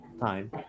time